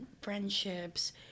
friendships